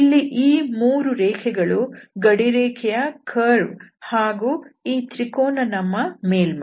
ಇಲ್ಲಿ ಈ 3 ರೇಖೆಗಳು ಗಡಿರೇಖೆಯ ಕರ್ವ್ ಹಾಗೂ ಈ ತ್ರಿಕೋನ ನಮ್ಮ ಮೇಲ್ಮೈ